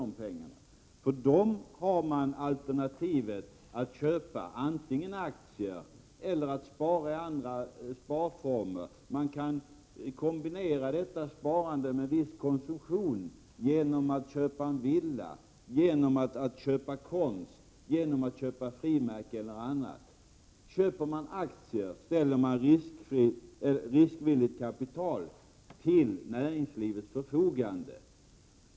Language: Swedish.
Det finns här två alternativ. Antingen kan man köpa aktier för pengarna eller också kan man spara i andra sparformer. Vidare kan man kombinera detta sparande med en viss konsumtion, t.ex. genom att köpa en villa, konst, frimärken eller någonting annat. Om man köper aktier, ställer man riskvilligt kapital till näringslivets förfogande.